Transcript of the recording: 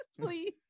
please